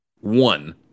one